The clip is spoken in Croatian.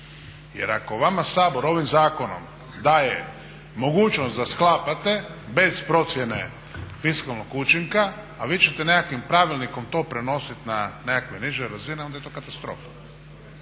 Jer ako vama Sabor ovim zakonom daje mogućnost da sklapate bez procjene fiskalnog učinka, a vi ćete nekakvim pravilnikom to prenositi na nekakve niže razine onda je to katastrofa.